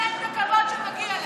יש דיכוי,